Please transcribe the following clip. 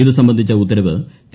ഇത് സംബന്ധിച്ച ഉത്തരവ് കെ